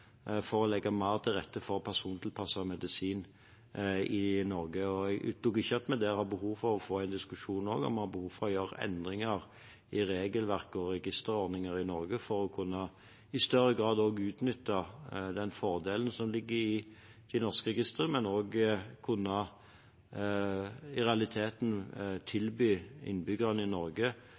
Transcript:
for å legge mer til rette for persontilpasset medisin i Norge. Jeg utelukker ikke at vi har behov for også å få en diskusjon om det er nødvendig å gjøre endringer i regelverk og registerordninger i Norge for i større grad å kunne utnytte den fordelen som ligger i norske register, men også i realiteten å kunne tilby innbyggerne i Norge